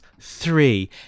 three